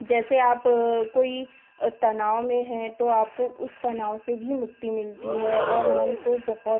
जैसे आप कोई तनाव में हैं तो आपको उस तनाव से भी मुक्ति मिलती है और मन को बहुत